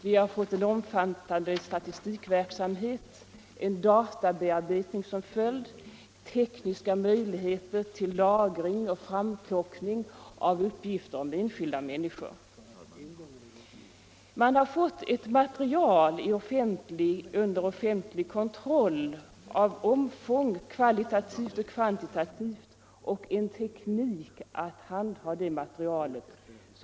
Vi har fått en offentlig statistikverksamhet, en databearbetning som följd därav, tekniska möjligheter till lagring och framplockning av uppgifter om enskilda människor. Vi har fått ett material under offentlig kontroll av stort omfång — kvalitativt och kvantitativt — och en teknik att handha det materialet.